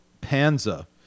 Panza